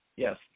Yes